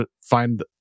find